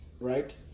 right